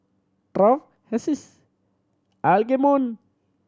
Taft Hessie